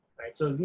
right, so